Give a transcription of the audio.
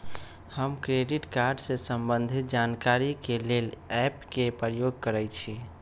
हम credit card से संबंधित जानकारी के लेल एप के प्रयोग करइछि